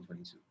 2022